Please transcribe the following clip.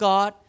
God